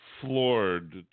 floored